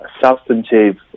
substantive